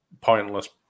pointless